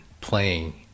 playing